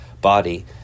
body